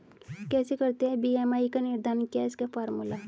कैसे करते हैं बी.एम.आई का निर्धारण क्या है इसका फॉर्मूला?